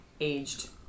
aged